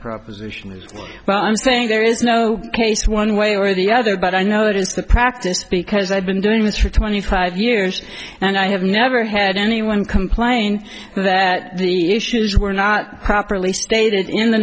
proposition well i'm saying there is no case one way or the other but i know it is the practice because i've been doing this for twenty five years and i have never had anyone complain that the issues were not properly stated in the